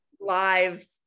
live